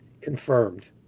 confirmed